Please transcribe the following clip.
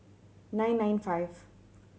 nine nine five